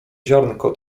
ziarnko